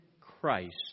Christ